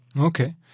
Okay